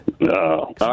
No